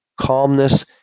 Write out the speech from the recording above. calmness